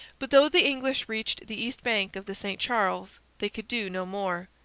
but though the english reached the east bank of the st charles they could do no more.